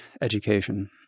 Education